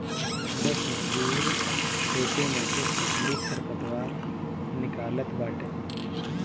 दस मजूर खेते में से फसली खरपतवार निकालत बाटन